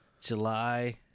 July